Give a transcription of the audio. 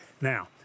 now